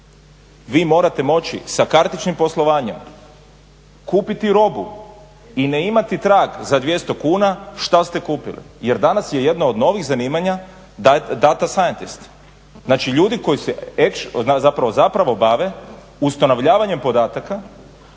vi morate moći sa kartičnim poslovanjem kupiti robu i ne imati trag za 200 kuna što ste kupili jer danas je jedno od novih zanimanja data scientist, znači ljudi koji se zapravo bave ustanovljavanjem podataka